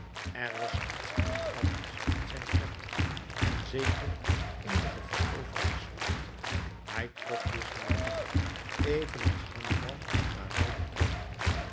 er was iets aanvallends in zijn tred en zekerlijk eenige veroveringszucht hij trok dus naar de bank evenals hannibal naar rome trok